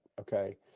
okay